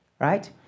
right